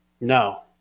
No